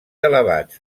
elevats